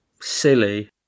silly